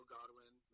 Godwin